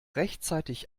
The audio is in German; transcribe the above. rechtzeitig